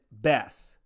best